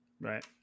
Right